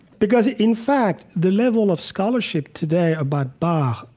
because in fact, the level of scholarship today about bach,